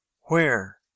Where